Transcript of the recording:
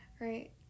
right